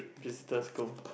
visitors go